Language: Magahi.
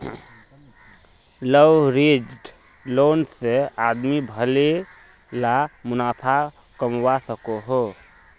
लवरेज्ड लोन से आदमी भले ला मुनाफ़ा कमवा सकोहो